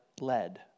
led